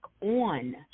on